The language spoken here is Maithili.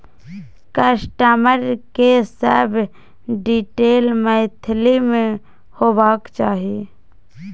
कस्टमर के सब डिटेल मैथिली में होबाक चाही